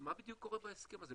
מה בדיוק קורה בהסכם הזה,